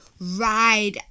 ride